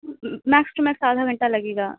Max to make آدھا گھنٹہ لگے گا